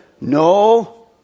No